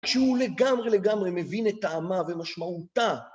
כשהוא לגמרי לגמרי מבין את טעמה ומשמעותה.